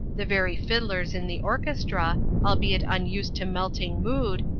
the very fiddlers in the orchestra, albeit unused to melting mood,